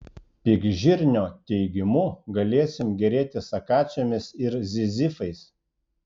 pikžirnio teigimu galėsim gėrėtis akacijomis ir zizifais